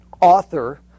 author